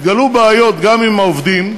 התגלו בעיות גם עם העובדים,